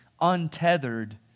untethered